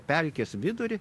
pelkės vidurį